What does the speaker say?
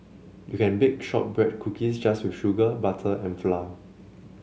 you can bake shortbread cookies just with sugar butter and flour